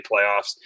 playoffs